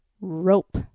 rope